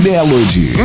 Melody